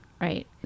right